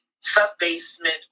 sub-basement